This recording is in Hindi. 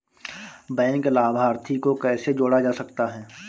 बैंक लाभार्थी को कैसे जोड़ा जा सकता है?